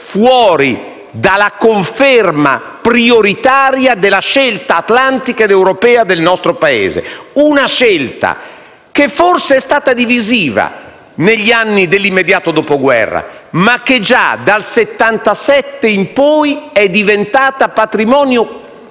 fuori dalla conferma prioritaria della scelta atlantica ed europea del nostro Paese. Una scelta che forse è stata divisiva negli anni dell'immediato dopoguerra, ma che, già dal 1977 in poi, è diventata patrimonio